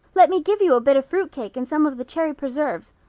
let me give you a bit of fruit cake and some of the cherry preserves.